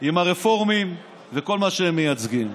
עם הרפורמים וכל מה שהם מייצגים.